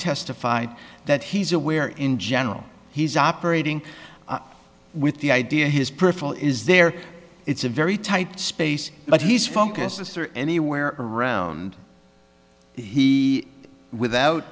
testified that he's aware in general he's operating with the idea his personal is there it's a very tight space but he's focused or anywhere around he without